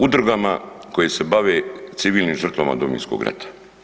Udrugama koje se bave civilnim žrtvama Domovinskog rata.